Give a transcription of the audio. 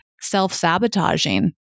self-sabotaging